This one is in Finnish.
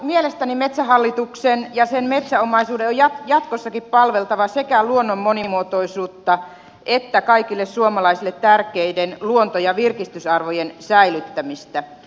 mielestäni metsähallituksen ja sen metsäomaisuuden on jatkossakin palveltava sekä luonnon monimuotoisuutta että kaikille suomalaisille tärkeiden luonto ja virkistysarvojen säilyttämistä